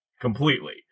completely